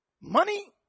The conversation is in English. Money